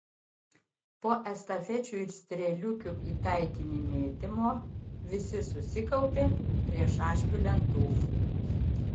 po estafečių ir strėliukių į taikinį mėtymo visi susikaupė prie šaškių lentų